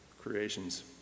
creations